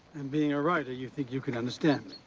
and being a writer, you think you can understand